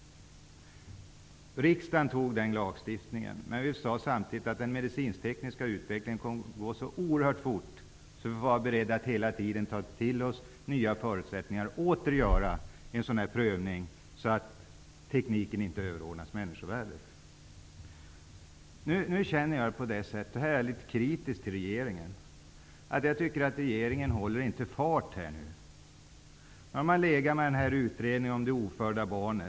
Samtidigt sade vi att den medicinsk-tekniska utvecklingen kommer att gå så oerhört fort att vi hela tiden får vara beredda på att ta till oss nya förutsättningar och på att åter behöva göra en prövning. Det gällde ju att se till att tekniken inte överordnades människovärdet. Nu upplever jag, och här är jag litet kritisk mot regeringen, att regeringen inte håller farten. Nu har man så att säga legat på utredningen om det ofödda barnet.